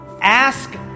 ask